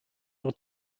your